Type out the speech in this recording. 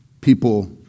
people